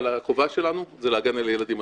אבל החובה שלנו זה להגן על הילדים.